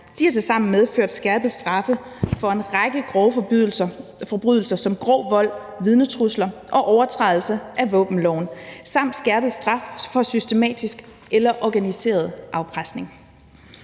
De har tilsammen medført skærpede straffe for en række grove forbrydelser som grov vold, vidnetrusler og overtrædelse af våbenloven samt skærpet straf for systematisk eller organiseret afpresning.